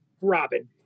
Robin